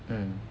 mm